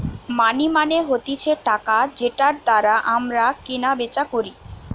মানি মানে হতিছে টাকা যেটার দ্বারা আমরা কেনা বেচা করি